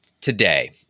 today